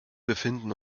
befinden